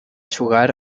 jugar